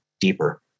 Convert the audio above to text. deeper